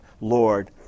Lord